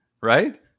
right